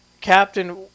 Captain